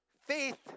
faith